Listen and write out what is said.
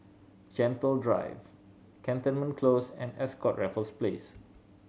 Gentle Drive Cantonment Close and Ascott Raffles Place